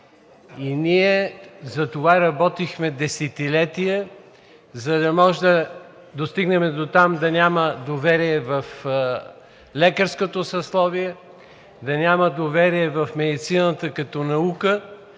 Ние затова работихме десетилетия, за да можем да достигнем дотам да няма доверие в лекарското съсловие, да няма доверие в медицината като наука,